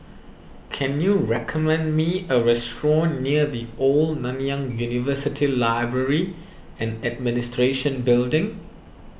can you recommend me a restaurant near the Old Nanyang University Library and Administration Building